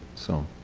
so.